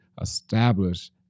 establish